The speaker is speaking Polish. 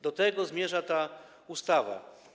Do tego zmierza ta ustawa.